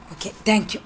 okay thank you